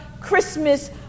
Christmas